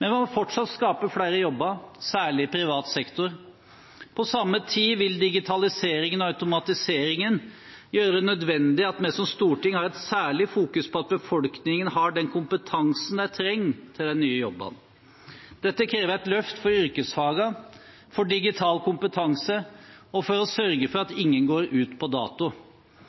Vi må fortsatt skape flere jobber, særlig i privat sektor. På samme tid vil digitaliseringen og automatiseringen gjøre det nødvendig at vi som storting har et særlig fokus på at befolkningen har den kompetansen de trenger til de nye jobbene. Dette krever et løft for yrkesfagene, for digital kompetanse og for å sørge for at